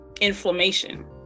inflammation